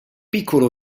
piccolo